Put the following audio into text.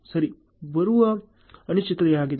ಆದ್ದರಿಂದ ಅದು ಸರಿ ಬರುವ ಅನಿಶ್ಚಿತತೆಯಾಗಿದೆ